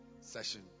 session